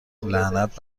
لعنت